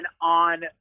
on